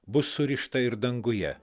bus surišta ir danguje